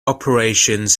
operations